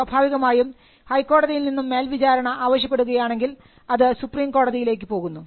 സ്വാഭാവികമായും ഹൈക്കോടതിയിൽ നിന്നും മേൽ വിചാരണ ആവശ്യപ്പെടുകയാണെങ്കിൽ അത് സുപ്രീം കോടതിയിലേക്ക് പോകുന്നു